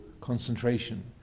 concentration